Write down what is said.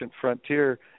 frontier